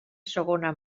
segona